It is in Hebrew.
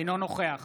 אינו נוכח